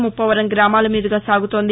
ముప్పవరం గ్రామాల మీదుగా సాగుతోంది